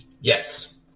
Yes